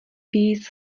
víc